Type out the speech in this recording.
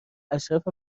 اشرف